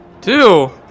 Two